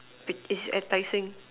but it's at tai-seng